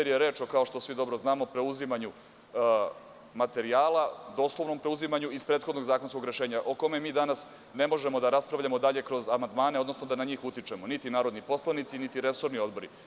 Reč je o preuzimanju materijala, doslovnom preuzimanju, iz prethodnog zakonskog rešenja o kome danas ne možemo da raspravljamo dalje kroz amandmane, odnosno da na njih utičemo, niti narodni poslanici, niti resorni odbori.